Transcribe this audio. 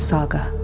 Saga